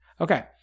Okay